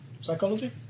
Psychology